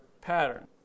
pattern